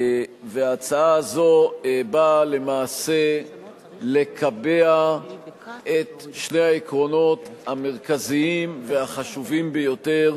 ההצעה הזאת באה למעשה לקבע את שני העקרונות המרכזיים והחשובים ביותר,